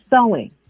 sewing